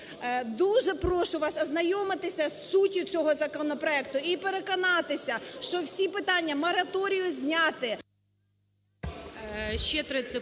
Дуже прошу вас ознайомитися з суттю цього законопроекту і переконатися, що всі питання мораторію зняти…